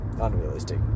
Unrealistic